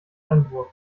einwurf